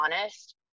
honest